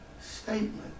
statement